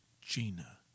Gina